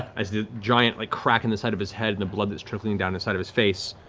as the giant like crack in the side of his head and the blood that's trickling down the side of his face,